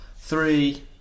Three